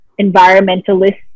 environmentalists